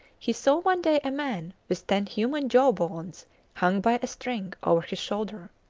he saw one day a man with ten human jaw-bones hung by a string over his shoulder,